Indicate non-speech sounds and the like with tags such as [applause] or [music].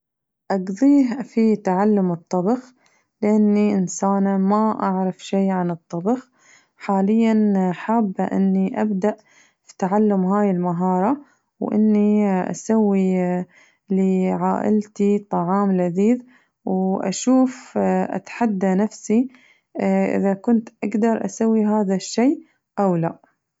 أقضيه في تعلم الطبخ لأني إنسانة ما أعرف شي عن الطبخ حالياً حابة أني أبدأ فتعلم هاي المهارة وإني أسوي لعائلتي طعام لذيذ وأشوف [hesitation] أتحدى نفسي إذا كنت أقدر أسوي هذا الشي أو لأ.